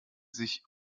sich